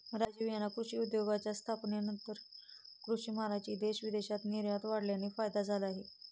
राजीव यांना कृषी उद्योगाच्या स्थापनेनंतर कृषी मालाची देश विदेशात निर्यात वाढल्याने फायदा झाला